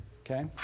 Okay